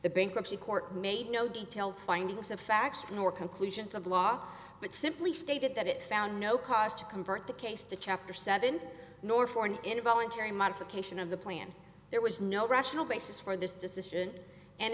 the bankruptcy court made no details findings of fact nor conclusions of law but simply stated that it found no cause to convert the case to chapter seven nor for an involuntary modification of the plan there was no rational basis for this decision and